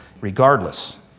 Regardless